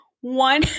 one